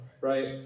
Right